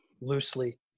loosely